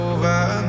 Over